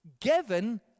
given